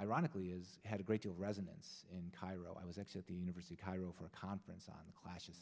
ironically is had a greater resonance in cairo i was actually at the university of cairo for a conference on the clash of